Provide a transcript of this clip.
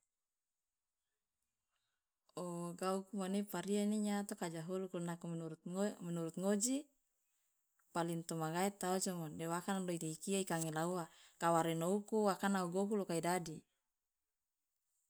ogauku mane pare iye ne nyawa ato ka ja holuku la nako menurut ngoji paling tomagae ta ojomo de wakana lo ikia ikangela uwa kawa reno uku wa akan gohu lo kai dadi.